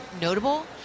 notable